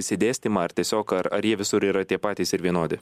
išsidėstymą ar tiesiog ar ar jie visur yra tie patys ir vienodi